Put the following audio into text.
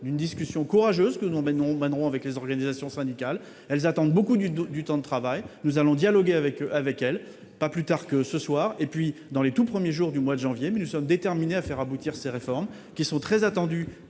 d'une discussion courageuse que nous mènerons avec les organisations syndicales. Ces dernières attendent beaucoup sur le volet du temps de travail. Nous allons dialoguer ensemble pas plus tard que ce soir et dans les tout premiers jours du mois de janvier. En tout cas, nous sommes déterminés à faire aboutir ces réformes, qui sont très attendues